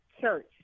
church